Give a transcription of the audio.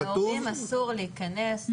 להורים אסור להיכנס.